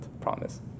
promise